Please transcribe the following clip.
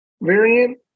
variant